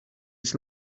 its